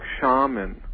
shaman